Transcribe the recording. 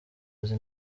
azi